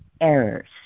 errors